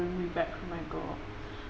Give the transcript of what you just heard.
me back from my goal